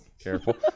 Careful